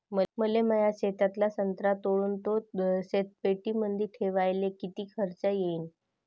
मले माया शेतातला संत्रा तोडून तो शीतपेटीमंदी ठेवायले किती खर्च येईन?